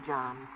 John